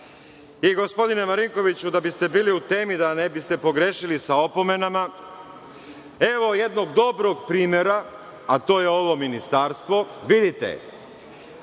Gospodine Marinkoviću, da biste bili u temu, da ne biste pogrešili sa opomenama, evo jednog dobrog primera, a to je ovo ministarstvo. Vidite,